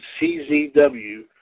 CZW